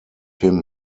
him